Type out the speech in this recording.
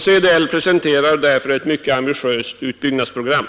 CDL presenterar därför ett mycket ambitiöst utbyggnadsprogram.